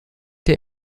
der